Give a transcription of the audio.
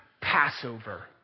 Passover